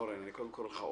אתם מדברים ביחד.